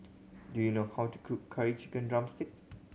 do you know how to cook Curry Chicken drumstick